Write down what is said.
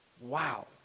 Wow